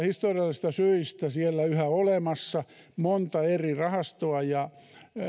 historiallisista syistä siellä yhä olemassa monta eri rahastoa ja